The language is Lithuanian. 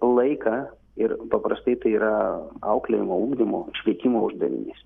laiką ir paprastai tai yra auklėjimo ugdymo švietimo uždavinys